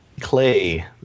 Clay